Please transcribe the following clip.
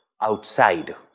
outside